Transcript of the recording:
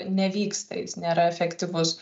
nevyksta jis nėra efektyvus